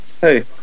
Hey